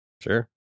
Sure